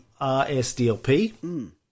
RSDLP